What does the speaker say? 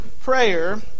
prayer